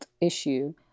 issue